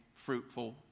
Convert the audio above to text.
fruitful